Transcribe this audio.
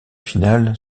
finale